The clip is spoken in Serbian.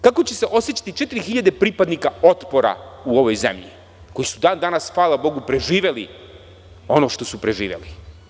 Kako će se osećati 4000 pripadnika „Otpora“ u ovoj zemlji koji su dan danas, hvala Bogu, preživeli ono što su preživeli?